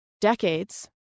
decades